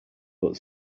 but